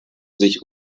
sich